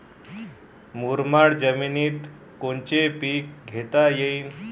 मुरमाड जमिनीत कोनचे पीकं घेता येईन?